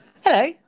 Hello